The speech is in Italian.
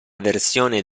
versione